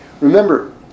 Remember